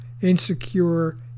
insecure